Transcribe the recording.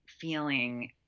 feeling